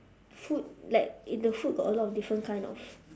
food like if the food got a lot of different kind of